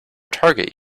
target